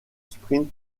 sprint